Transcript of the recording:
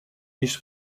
nicht